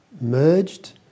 merged